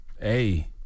Hey